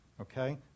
Okay